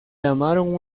llamaron